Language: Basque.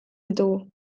ditugu